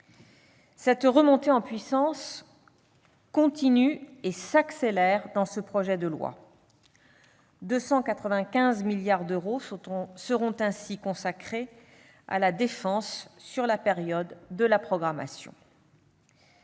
Cette remontée en puissance se poursuit et s'accélère dans le présent projet de loi : 295 milliards d'euros seront ainsi consacrés à la défense sur la période de la programmation.